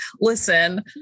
listen